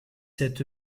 sept